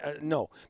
No